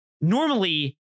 Normally